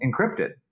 encrypted